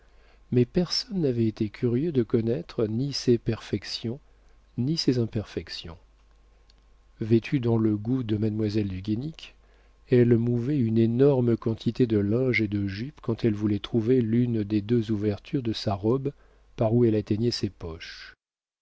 mais personne n'avait été curieux de connaître ni ses perfections ni ses imperfections vêtue dans le goût de mademoiselle du guénic elle mouvait une énorme quantité de linges et de jupes quand elle voulait trouver l'une des deux ouvertures de sa robe par où elle atteignait ses poches